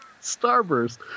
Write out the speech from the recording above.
Starburst